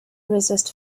resist